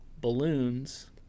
balloons